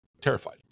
terrified